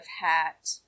hat